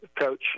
Coach